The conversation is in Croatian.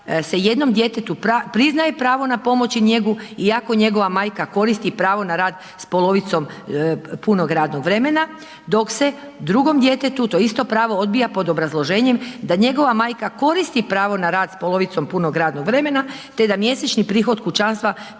se jednom djetetu priznaje pravo na pomoć i njegu iako njegova majka koristi pravo na rad s polovicom punog radnog vremena, dok se drugom djetetu to isto pravo odbija pod obrazloženjem da njegova majka koristi pravo na rad s polovicom punog radnog vremena te da mjesečni prihod kućanstva